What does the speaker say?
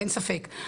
אין ספק.